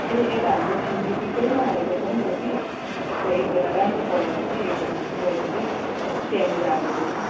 ए यता हाम्रो छिमेकीकैमा हालेको छ नि त कि त्यहाँ एकजना राम्रो पढाउँछ कि एकजना बहिनीले त्यहाँनिर हालेको छ